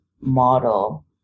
model